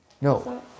No